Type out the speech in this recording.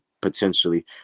potentially